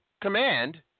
command